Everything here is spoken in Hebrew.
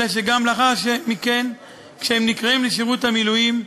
אלא שגם לאחר מכן, כשהם נקראים לשירות המילואים,